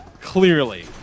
Clearly